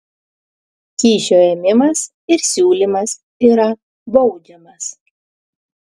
kyšio ėmimas ir siūlymas yra baudžiamas